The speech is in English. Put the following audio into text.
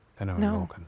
No